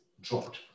dropped